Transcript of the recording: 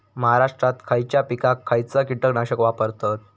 महाराष्ट्रात खयच्या पिकाक खयचा कीटकनाशक वापरतत?